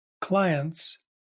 clients